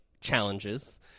challenges